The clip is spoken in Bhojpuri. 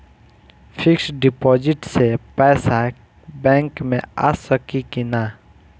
फिक्स डिपाँजिट से पैसा बैक मे आ सकी कि ना?